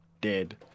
dead